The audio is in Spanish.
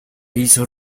hizo